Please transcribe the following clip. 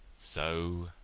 so